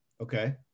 Okay